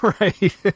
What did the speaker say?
Right